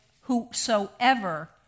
whosoever